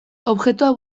objektuak